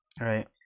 Right